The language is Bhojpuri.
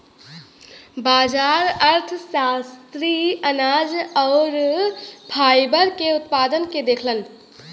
बाजार अर्थशास्त्री अनाज आउर फाइबर के उत्पादन के देखलन